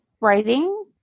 writing